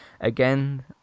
Again